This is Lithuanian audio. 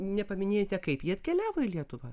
nepaminėjote kaip jie atkeliavo į lietuvą